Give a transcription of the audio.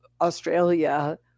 Australia